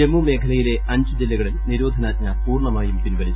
ജമ്മു മേഖലയിലെ അഞ്ച് ജില്ലകളിൽ നിരോധനാജ്ഞ പൂർണമായും പിൻവലിച്ചു